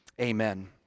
amen